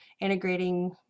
integrating